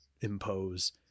impose